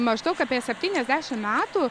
maždaug apie septyniasdešimt metų